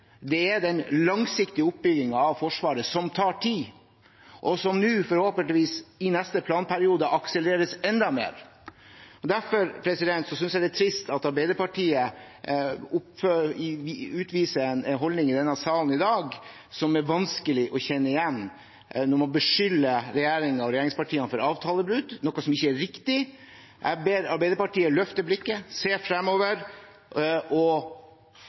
gjort etter den tid, er den langsiktige oppbyggingen av Forsvaret, som tar tid, og som nå forhåpentligvis i neste planperiode akselereres enda mer. Derfor synes jeg det er trist at Arbeiderpartiet utviser en holdning i denne salen i dag som er vanskelig å kjenne igjen når man beskylder regjeringen og regjeringspartiene for avtalebrudd, noe som ikke er riktig. Jeg ber Arbeiderpartiet løfte blikket, se fremover og